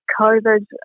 COVID